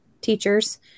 teachers